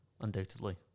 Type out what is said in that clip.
undoubtedly